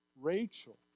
Rachel